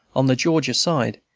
on the georgia side,